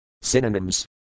Synonyms